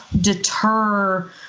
deter